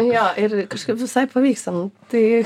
jo ir kažkaip visai pavyksta nu tai